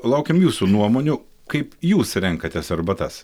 laukiam jūsų nuomonių kaip jūs renkatės arbatas